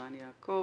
ערן יעקב.